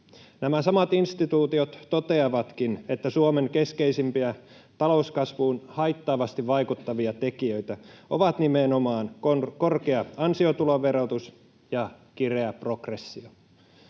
Nämä samat instituutiot toteavatkin, että Suomen keskeisimpiä talouskasvuun haittaavasti vaikuttavia tekijöitä ovat nimenomaan korkea ansiotuloverotus ja kireä progressio.